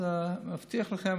אז אני מבטיח לכם,